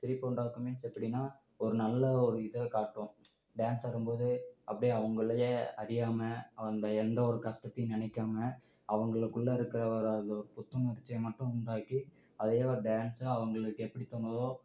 சிரிப்பை உண்டாக்கும் மீன்ஸ் எப்படின்னா ஒரு நல்லா ஒரு இதை காட்டும் டான்ஸ் ஆடும்போது அப்படியே அவங்களையே அறியாம அந்த எந்தவொரு கஷ்டத்தையும் நினைக்காம அவங்களுக்குள்ள இருக்கிற ஒரு அது புத்துணர்ச்சியை மட்டும் உண்டாக்கி அதையே ஒரு டான்ஸாக அவங்களுக்கு எப்படி தோணுதோ